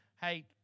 Hey